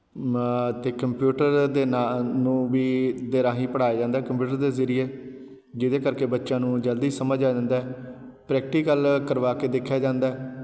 ਅਤੇ ਕੰਪਿਊਟਰ ਦੇ ਨਾ ਨੂੰ ਵੀ ਦੇ ਰਾਹੀਂ ਪੜ੍ਹਾਇਆ ਜਾਂਦਾ ਕੰਪਿਊਟਰ ਦੇ ਜ਼ਰੀਏ ਜਿਹਦੇ ਕਰਕੇ ਬੱਚਿਆਂ ਨੂੰ ਜਲਦੀ ਸਮਝ ਆ ਜਾਂਦਾ ਪ੍ਰੈਕਟੀਕਲ ਕਰਵਾ ਕੇ ਦੇਖਿਆ ਜਾਂਦਾ